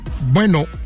Bueno